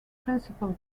principle